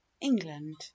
england